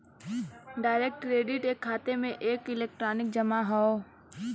direct credit एक खाते में एक इलेक्ट्रॉनिक जमा हौ